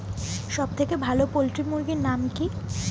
সবথেকে ভালো পোল্ট্রি মুরগির নাম কি?